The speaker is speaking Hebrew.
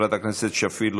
חברת הכנסת שפיר,